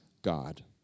God